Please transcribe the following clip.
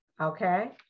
okay